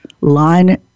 line